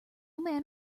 man